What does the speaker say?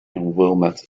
illinois